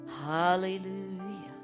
hallelujah